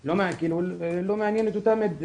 דעתנו לא מעניינת אותם.